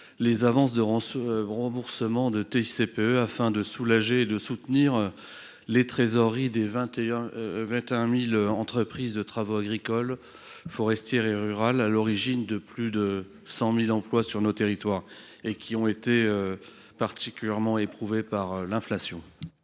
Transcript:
les avances de remboursement de TICPE, afin de soutenir la trésorerie des quelque 21 000 entreprises de travaux agricoles, forestières et rurales, sources de plus de 100 000 emplois sur nos territoires et qui ont été particulièrement éprouvées par l’inflation.